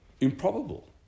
improbable